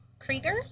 Krieger